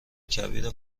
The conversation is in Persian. کبیر